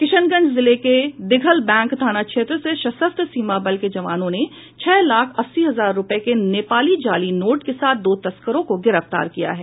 किशनगंज जिले के दिघलबैक थाना क्षेत्र से सशस्त्र सीमा बल के जवानों ने छह लाख अस्सी हजार रूपये के नेपाली जाली नोट के साथ दो तस्करों को गिरफ्तार किया है